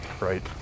Right